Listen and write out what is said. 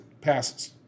passes